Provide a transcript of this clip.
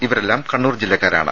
ഇവരെല്ലാം കണ്ണൂർ ജില്ലക്കാരാണ്